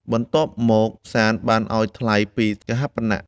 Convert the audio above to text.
បន្ទាប់មក សាន្តបានឱ្យថ្លៃពីរកហាបណៈ។